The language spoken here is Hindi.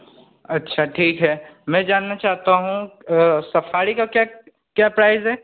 अच्छा ठीक है मैं जानना चाहता हूँ सफारी का क्या क्या प्राइज है